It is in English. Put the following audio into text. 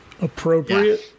appropriate